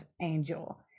angel